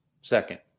Second